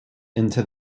into